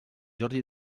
jordi